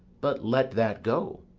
but let that go.